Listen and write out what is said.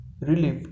Relief